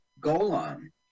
Golan